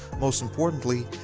most importantly,